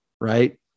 right